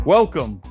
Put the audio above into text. Welcome